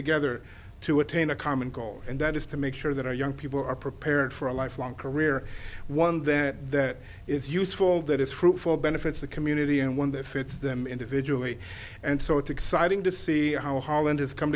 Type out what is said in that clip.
together to attain a common goal and that is to make sure that our young people are prepared for a lifelong career one that that is useful that is fruitful benefits the community and one that fits them individually and so it's exciting to see how holland has come